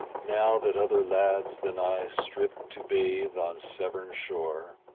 now that other lads than i strip to bathe on severn shore,